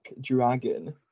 Dragon